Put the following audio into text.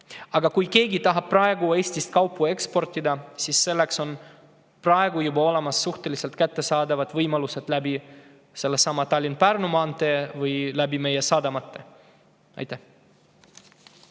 Aga kui keegi tahab praegu Eestist kaupu eksportida, siis selleks on juba olemas suhteliselt kättesaadavad võimalused: seesama Tallinna-Pärnu maantee või meie sadamad. Aitäh